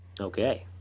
okay